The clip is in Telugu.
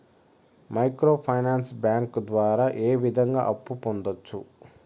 మైక్రో ఫైనాన్స్ బ్యాంకు ద్వారా ఏ విధంగా అప్పు పొందొచ్చు